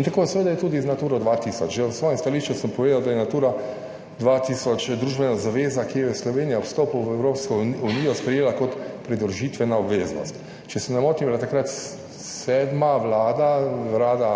In tako seveda je tudi z Naturo 2000. Že v svojem stališču sem povedal, da je Natura 2000 družbena zaveza, ki jo je Slovenija ob vstopu v Evropsko unijo sprejela kot pridružitvena obveznost. Če se ne motim, je bila takrat sedma vlada, Vlada